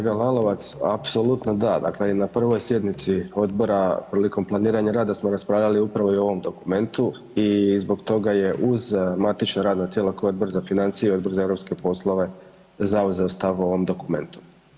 Kolega Lalovac, apsolutno da, dakle na prvoj sjednici odbora prilikom planiranja rada smo raspravljali upravo i o ovom dokumentu i zbog toga je uz matično radno tijelo koje je Odbor za financije i Odbor za europske poslove zauzeo stav o ovom dokumentu.